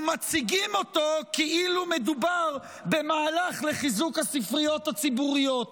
ומציגים אותו כאילו מדובר במהלך לחיזוק הספריות הציבוריות,